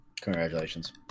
Congratulations